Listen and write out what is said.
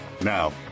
Now